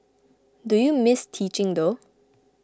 do you miss teaching though